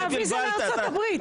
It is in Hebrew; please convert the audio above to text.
זאת הוויזה לארצות הברית.